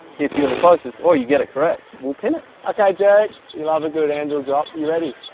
if you're the closest or you get it correct will pin it! okay derek. you love a good anvil drop you ready?